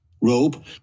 robe